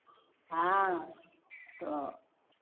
हाँ तो